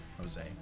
Jose